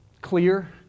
clear